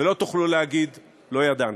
ולא תוכלו להגיד "לא ידענו".